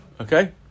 Okay